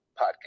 Podcast